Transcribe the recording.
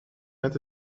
met